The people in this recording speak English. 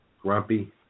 Grumpy